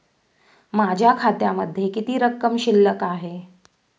माझ्या खात्यामध्ये किती रक्कम शिल्लक आहे?